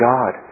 God